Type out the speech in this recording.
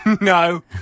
No